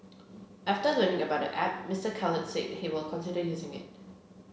after learning about the app Mr Khalid said he will consider using it